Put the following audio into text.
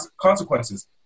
consequences